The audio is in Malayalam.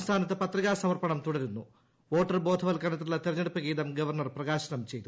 സംസ്ഥാനത്ത് പ്പത്രികാസമർപ്പണം തുടരുന്നു വോട്ടർ ന് ബോധവല്കരണ്ത്തിനുള്ള തെരഞ്ഞെടുപ്പ് ഗീതം ഗവർണർ പ്രകാശനം ചെയ്തു